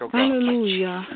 Hallelujah